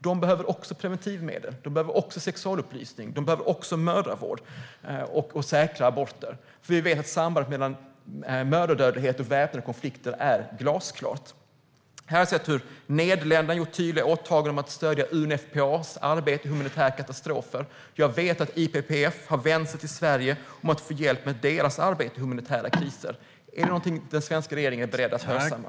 De behöver också preventivmedel, sexualupplysning, mödravård och säkra aborter. Vi vet nämligen att sambandet mellan mödradödlighet och väpnade konflikter är glasklart. Nederländerna har gjort tydliga åtaganden om att stödja UNFPA:s arbete i humanitära katastrofer. Jag vet att IPPF har vänt sig till Sverige för att få hjälp med sitt arbete i humanitära kriser. Är detta någonting som den svenska regeringen är beredd att hörsamma?